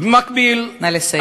במקביל, נא לסיים.